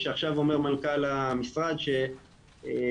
שעכשיו אומר מנכ"ל המשרד שהרשויות